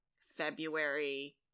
february